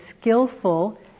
skillful